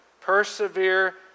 persevere